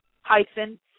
hyphen